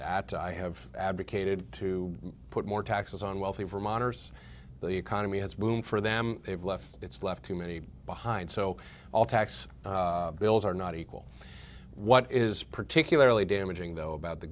that i have advocated to put more taxes on wealthy vermonters the economy has been for them they've left it's left too many behind so all tax bills are not equal what is particularly damaging though about the